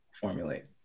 formulate